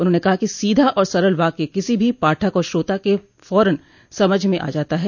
उन्होंने कहा कि सोधा और सरल वाक किसी भी पाठक और श्रोता के फौरन समझ में आ जाता है